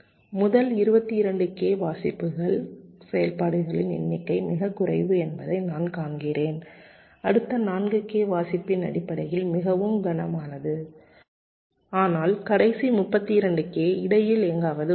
முதல் 28 கே வாசிப்பு செயல்பாடுகளின் எண்ணிக்கை மிகக் குறைவு என்பதை நான் காண்கிறேன் அடுத்த 4 கே வாசிப்பின் அடிப்படையில் மிகவும் கனமானது ஆனால் கடைசி 32 கே இடையில் எங்காவது உள்ளது